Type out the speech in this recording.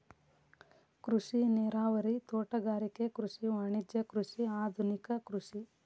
ಕೃಷಿ ನೇರಾವರಿ, ತೋಟಗಾರಿಕೆ ಕೃಷಿ, ವಾಣಿಜ್ಯ ಕೃಷಿ, ಆದುನಿಕ ಕೃಷಿ